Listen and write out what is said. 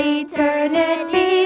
eternity